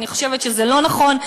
אני חושבת שזה לא נכון.